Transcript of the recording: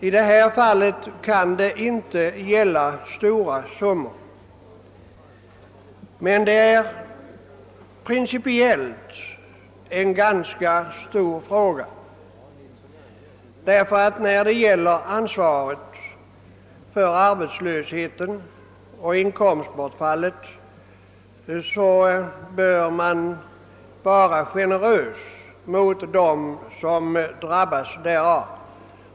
I det här fallet kan det inte gälla stora belopp, men principiellt är det en ganska viktig fråga. Vid arbetslöshet och inkomstbortfall bör man visa generositet mot dem som drabbats därav.